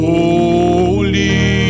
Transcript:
Holy